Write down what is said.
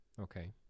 Okay